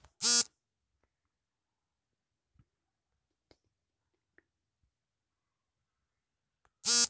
ಬಾರ್ಲಿಯು ವಾರ್ಷಿಕವಾಗಿ ಬೆಳೆಯುವ ಹುಲ್ಲಿನ ಜಾತಿಯ ಸಸ್ಯ ಹಾರ್ಡಿಯಮ್ ವಲ್ಗರೆ ಯಿಂದ ಪಡೆದ ಒಂದು ಏಕದಳ ಧಾನ್ಯವಾಗಿದೆ